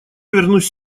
вернусь